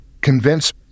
convince